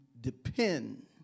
depend